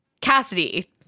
Cassidy